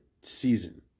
season